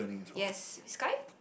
yes Skype